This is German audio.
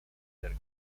der